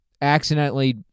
accidentally